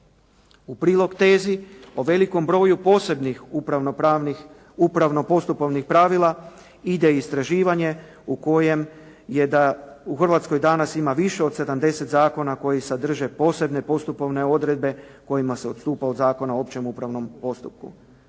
U prilog tezi o velikom broju posebnih upravno-postupovnih pravila ide i istraživanje u kojem je da u Hrvatskoj danas ima više od 70 zakona koji sadrže posebne postupovne odredbe kojima se odstupa od Zakona o općem upravnom postupku.